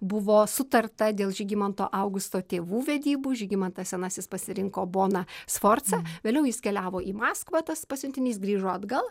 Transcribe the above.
buvo sutarta dėl žygimanto augusto tėvų vedybų žygimantas senasis pasirinko boną sforzą vėliau jis keliavo į maskvą tas pasiuntinys grįžo atgal